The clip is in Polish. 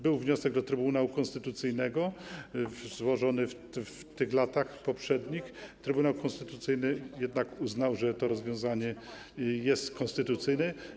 Był wniosek do Trybunału Konstytucyjnego złożony w latach poprzednich, jednak Trybunał Konstytucyjny uznał, że to rozwiązanie jest konstytucyjne.